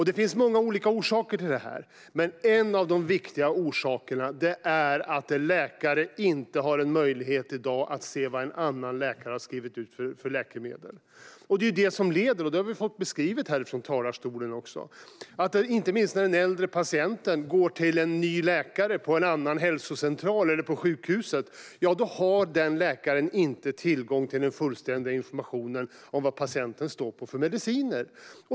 Det finns många olika orsaker till detta, men en av de viktiga orsakerna är att en läkare i dag inte har möjlighet att se vad en annan läkare har skrivit ut för läkemedel. Vi har fått höra från talarstolen att inte minst när en äldre patient går till en ny läkare på en annan hälsocentral eller på sjukhuset har den läkaren inte tillgång till den fullständiga informationen om vad patienten står på för mediciner.